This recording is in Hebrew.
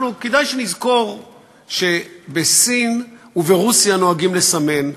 כדאי שנזכור שבסין וברוסיה נוהגים לסמן.